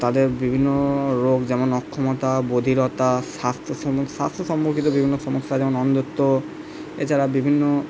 তাদের বিভিন্ন রোগ যেমন অক্ষমতা বধিরতা স্বাস্থ্য সম্পর্কিত বিভিন্ন সমস্যা যেমন অন্ধত্ব এ ছাড়া বিভিন্ন